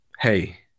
hey